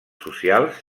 socials